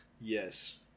Yes